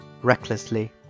recklessly